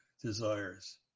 desires